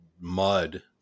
mud